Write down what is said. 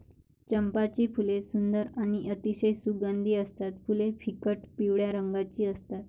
चंपाची फुले सुंदर आणि अतिशय सुगंधी असतात फुले फिकट पिवळ्या रंगाची असतात